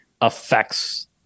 affects